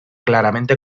claramente